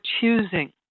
choosing